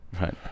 right